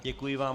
Děkuji vám.